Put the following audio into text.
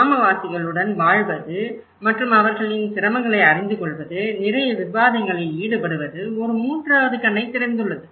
கிராமவாசிகளுடன் வாழ்வது மற்றும் அவர்களின் சிரமங்களை அறிந்துகொள்வது நிறைய விவாதங்களில் ஈடுபடுவது ஒரு மூன்றாவது கண்ணைத் திறந்துள்ளது